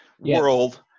world